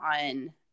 on